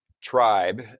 tribe